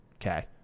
Okay